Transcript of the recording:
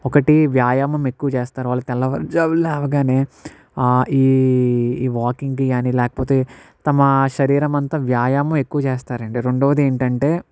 ఒకటి వ్యాయామం ఎక్కువ చేస్తారు వాళ్ళు తెల్లవారి జాము లేవగానే ఈ వాకింగ్కి గాని లేకపోతే తమ శరీరం అంతా వ్యాయామం ఎక్కువ చేస్తారండి రెండోది ఏంటంటే